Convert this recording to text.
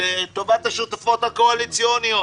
לטובת השותפות הקואליציוניות